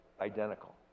identical